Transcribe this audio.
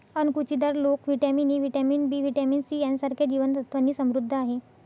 अणकुचीदार लोकी vitamin A, vitamin B, vitamin C यांसारख्या जीवन सत्त्वांनी समृद्ध आहे